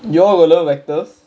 you all will learn vectors